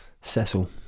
Cecil